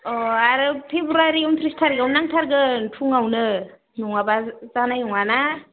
अ आरो फेब्रुवारि उन्त्रिस थारिखआव नांथारगोन फुङावनो नङाब्ला जानाय नङाना